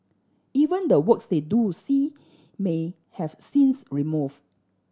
even the works they do see may have scenes removed